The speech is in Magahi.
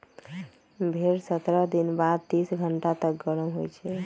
भेड़ सत्रह दिन बाद तीस घंटा तक गरम होइ छइ